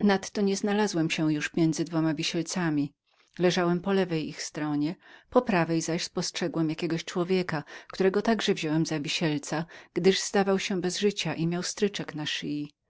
nadto nie znalazłem się już między dwoma wisielcami leżałem po lewej ich stronie po prawej zaś spostrzegłem jakiegoś człowieka którego także wziąłem za wisielca gdyż zdawał się bez życia i miał stryczek na